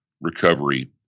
recovery